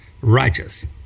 righteous